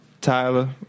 Tyler